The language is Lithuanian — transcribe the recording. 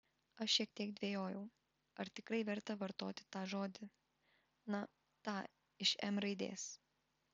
aš šiek tiek dvejojau ar tikrai verta vartoti tą žodį na tą iš m raidės